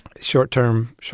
Short-term